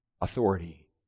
authority